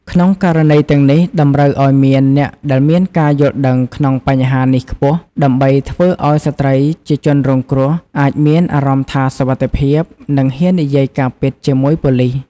ក្នុងករណីទាំងនេះតម្រូវឱ្យមានអ្នកដែលមានការយល់ដឹងក្នុងបញ្ហានេះខ្ពស់ ដើម្បីធ្វើឲ្យស្ត្រីជាជនរងគ្រោះអាចមានអារម្មណ៍ថាសុវត្ថិភាព និងហ៊ាននិយាយការពិតជាមួយប៉ូលិស។